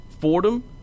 Fordham